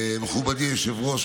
מכובדי היושב-ראש,